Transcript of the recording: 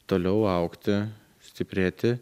toliau augti stiprėti